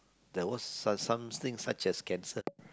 there was some~ something such as cancer